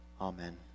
Amen